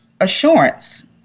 assurance